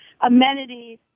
amenities